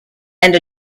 and